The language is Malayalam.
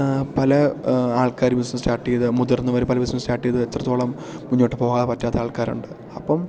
പല ആൾക്കാർ ബിസ്നസ് സ്റ്റാർട്ട് ചെയ്ത് മുതിർന്നവർ പല ബിസിനസ് സ്റ്റാർട്ട് ചെയ്ത് എത്രത്തോളം മുന്നോട്ട് പോകാൻ പറ്റാത്ത ആൾക്കാരുണ്ട് അപ്പം